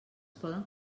poden